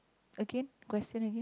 again question again